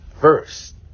First